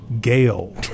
Gail